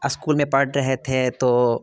school में पढ़ रहे थे तो